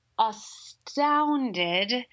astounded